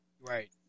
Right